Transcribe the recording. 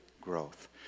growth